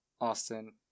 Austin